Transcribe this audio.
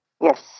Yes